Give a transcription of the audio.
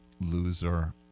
loser